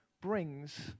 brings